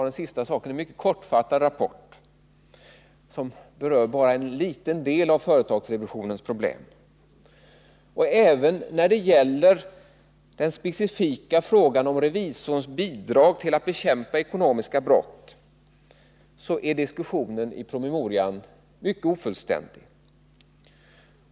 Den sistnämnda är en kortfattad rapport, som bara berör en liten del av företagsrevisionens problem. Och även när det gäller den specifika frågan om revisorns bidrag till att bekämpa ekonomiska brott är diskussionen i promemorian mycket ofullständig.